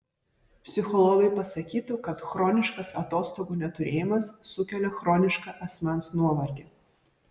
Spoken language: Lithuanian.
psichologai pasakytų kad chroniškas atostogų neturėjimas sukelia chronišką asmens nuovargį